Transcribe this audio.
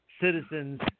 citizens